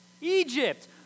Egypt